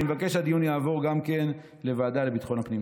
אני מבקש שהדיון יעבור גם כן לוועדה לביטחון הפנים.